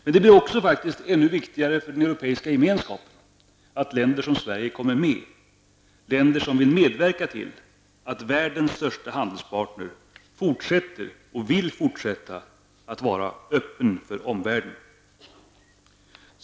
Men det blir faktiskt också ännu viktigare för Europeiska gemenskapen att länder som Sverige kommer med, länder som vill medverka till att världens största handelspartner vill fortsätta att vara öppen för omvärlden.